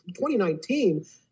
2019